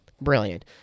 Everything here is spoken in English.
Brilliant